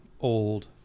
old